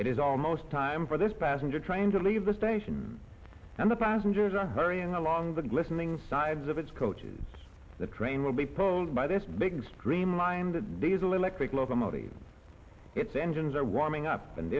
it is almost time for this passenger train to leave the station and the passengers are hurrying along the glistening sides of its coaches the train will be pulled by this big streamlined diesel electric locomotive its engines are warming up and